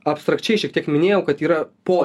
abstrakčiai šiek tiek minėjau kad yra po